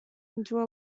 endure